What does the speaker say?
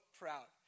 proud